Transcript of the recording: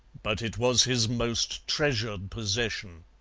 but it was his most treasured possession.